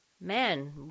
man